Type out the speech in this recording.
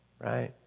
right